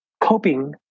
coping